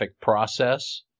process